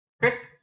chris